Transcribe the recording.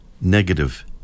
negative